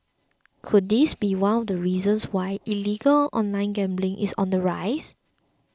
could this be one of the reasons why illegal online gambling is on the rise